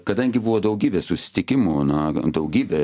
kadangi buvo daugybės tikimų nuo daugybė